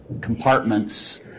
compartments